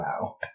Wow